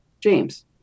James